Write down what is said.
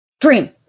dream